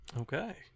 Okay